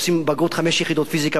עושים בגרות חמש יחידות בפיזיקה,